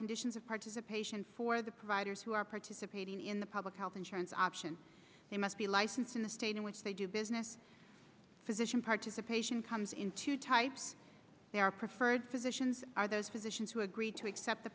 conditions of participation for the providers who are participating in the public health insurance option they must be licensed in the state in which they do business physician participation comes in two types they are preferred physicians are those physicians who agree to accept the